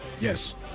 yes